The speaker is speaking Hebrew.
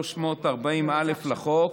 סעיף 340(א) לחוק,